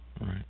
Right